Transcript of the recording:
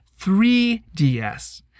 3DS